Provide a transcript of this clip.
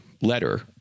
letter